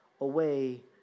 away